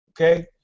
okay